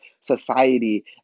society